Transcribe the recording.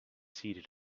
seated